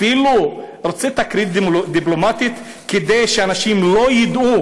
אפילו רוצים תקרית דיפלומטית כדי שאנשים לא ידעו?